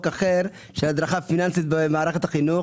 אחר הדרכה פיננסית במערכת החינוך.